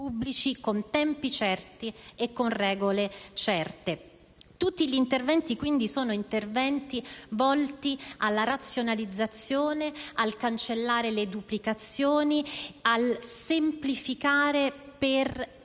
con tempi e regole certe. Tutti gli interventi quindi sono volti a razionalizzare, a cancellare le duplicazioni e a semplificare per